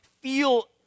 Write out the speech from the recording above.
feel